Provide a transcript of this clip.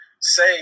say